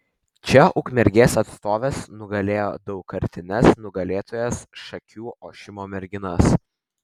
čia ukmergės atstovės nugalėjo daugkartines nugalėtojas šakių ošimo merginas